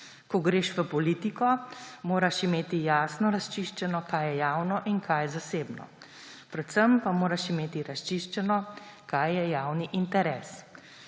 »Ko greš v politiko, moraš imeti jasno razčiščeno, kaj je javno in kaj zasebno. Predvsem pa moraš imeti razčiščeno, kaj je javni interes.«